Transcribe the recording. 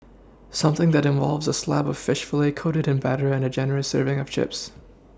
something that involves a slab of fish fillet coated in batter and a generous serving of Chips